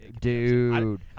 Dude